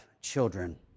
children